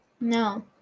No